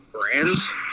Brands